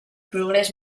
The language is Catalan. progrés